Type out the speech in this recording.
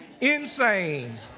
insane